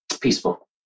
peaceful